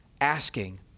Asking